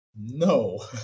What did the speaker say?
no